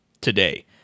today